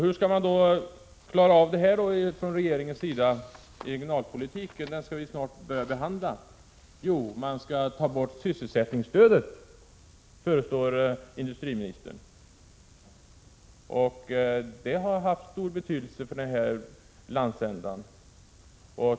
Hur skall regeringen nu klara detta med regionalpolitiken som snart skall behandlas? Jo, industriministern tänker ta bort sysselsättningsstödet, som har haft stor betydelse för vår landsända.